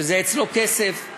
שזה אצלו כסף,